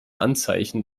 anzeichen